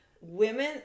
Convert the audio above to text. Women